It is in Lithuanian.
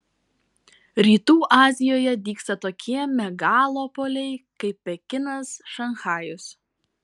rytų azijoje dygsta tokie megalopoliai kaip pekinas šanchajus